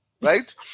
right